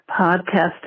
podcast